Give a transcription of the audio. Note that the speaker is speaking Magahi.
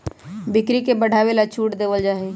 बिक्री के बढ़ावे ला छूट देवल जाहई